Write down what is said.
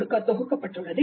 2019 அன்று அணுகப்பட்டது